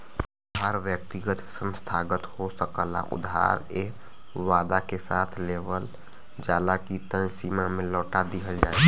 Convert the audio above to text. उधार व्यक्तिगत संस्थागत हो सकला उधार एह वादा के साथ लेवल जाला की तय समय में लौटा दिहल जाइ